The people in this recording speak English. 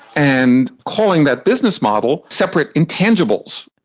and calling that business model separate intangibles.